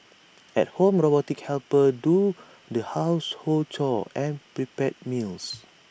at home robotic helpers do the household chores and prepare meals